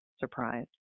Surprise